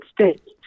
States